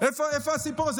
איפה הסיפור הזה?